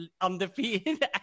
undefeated